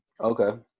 Okay